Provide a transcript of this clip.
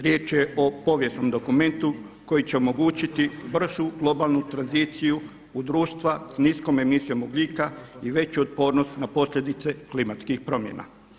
Riječ je o povijesnom dokumentu koji će omogućiti bržu globalnu tradiciju u društva sa niskom emisijom ugljika i veću otpornost na posljedice klimatskih promjena.